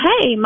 Hey